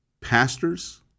pastors